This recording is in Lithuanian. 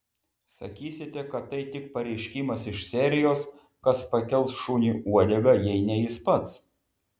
sakysite kad tai tik pareiškimas iš serijos kas pakels šuniui uodegą jei ne jis pats